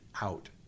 out